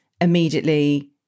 immediately